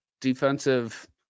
defensive